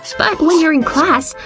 but when you're in class,